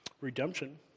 redemption